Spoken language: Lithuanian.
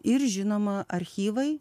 ir žinoma archyvai